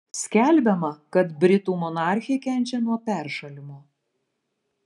skelbiama kad britų monarchė kenčia nuo peršalimo